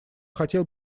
хотел